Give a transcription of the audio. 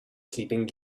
sleeping